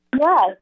Yes